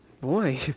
Boy